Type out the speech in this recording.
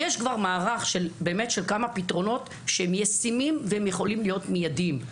יש כבר מערך של כמה פתרונות שהם ישימים והם יכולים להיות מידיים.